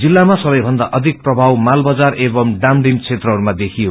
जिल्लामा सबैभन्दा अधिक प्रभाव मालबजार एवम् डामडिम क्षेत्रहरूमा देखियो